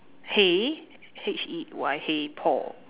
hey H E Y hey Paul